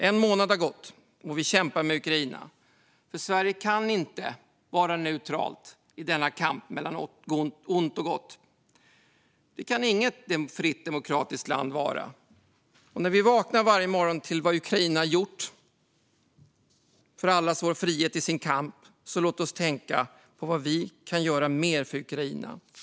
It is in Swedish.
En månad har gått, och vi kämpar med Ukraina. Sverige kan inte vara neutralt i kampen mellan ont och gott. Det kan inget fritt demokratiskt land vara. Låt oss varje morgon när vi vaknar till vad Ukraina gjort för allas vår frihet i sin kamp tänka på vad vi kan göra mer för Ukraina.